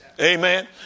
Amen